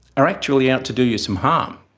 are actually out to do you some harm.